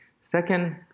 Second